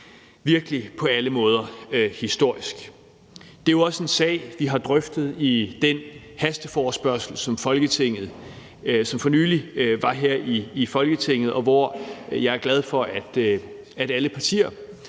virkelig på alle måder historisk. Det er jo også en sag, vi har drøftet under den hasteforespørgsel, som vi for nylig havde her i Folketinget, og jeg er glad for, at alle partier